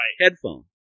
headphone